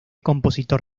compositor